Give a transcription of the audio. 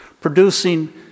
producing